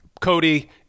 Cody